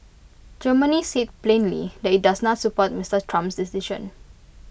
Germany said plainly that IT does not support Mister Trump's decision